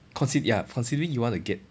consi~ ya considering you want to get